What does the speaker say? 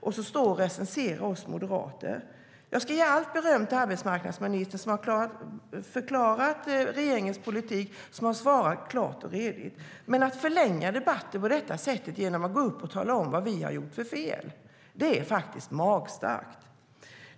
Sedan står han och recenserar oss moderater. Jag ska ge allt beröm till arbetsmarknadsministern, som har förklarat regeringens politik och svarat klart och redigt. Men att förlänga debatten på detta sätt genom att gå upp och tala om vad vi har gjort för fel är faktiskt magstarkt.